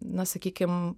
na sakykim